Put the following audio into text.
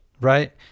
right